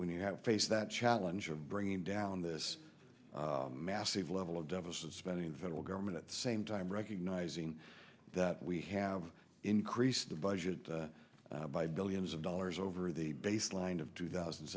when you have face that challenge of bringing down this massive level of deficit spending the federal government at the same time recognizing that we have increased the budget by billions of dollars over the baseline of two thousand